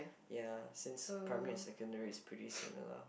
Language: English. ya since primary and secondary is pretty similar